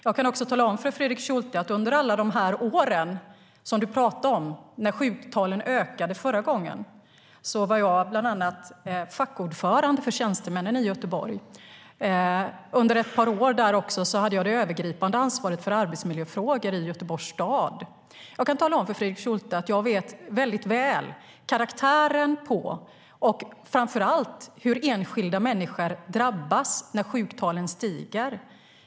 Jag kan också tala om för Fredrik Schulte att under alla de år som du talade om när sjuktalen ökade förra gången var jag bland annat fackordförande för tjänstemännen i Göteborg. Under ett par år hade jag också det övergripande ansvaret för arbetsmiljöfrågor i Göteborgs stad. Jag kan tala om för Fredrik Schulte att jag väldigt väl känner till karaktären på detta och framför allt hur enskilda människor drabbas när sjuktalen stiger.